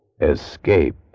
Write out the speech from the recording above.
escape